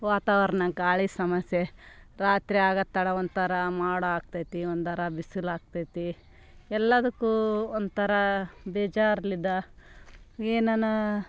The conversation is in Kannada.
ವಾತಾವರ್ಣ ಗಾಳಿ ಸಮಸ್ಯೆ ರಾತ್ರಿ ಆಗೋದೆ ತಡ ಒಂಥರ ಮೋಡ ಆಗ್ತೈತಿ ಒಂಥರ ಬಿಸಿಲಾಗ್ತೈತಿ ಎಲ್ಲದಕ್ಕೂ ಒಂಥರ ಬೇಜಾರಿಂದ ಏನನ